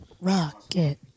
Rocket